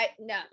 No